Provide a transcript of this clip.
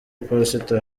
iposita